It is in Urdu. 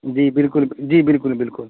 جی بالکل جی بالکل بالکل